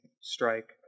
strike